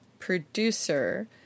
producer